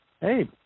Hey